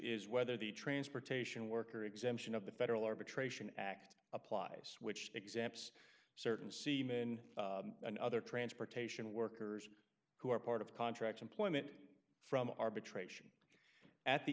is whether the transportation work or exemption of the federal arbitration act applies which examples certain seem in other transportation workers who are part of contract employment from arbitration at the